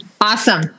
Awesome